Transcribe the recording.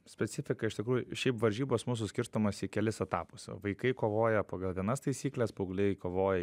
specifika iš tikrųjų šiaip varžybos mūsų skirstomos į kelis etapus vaikai kovoja pagal vienas taisykles paaugliai kovoja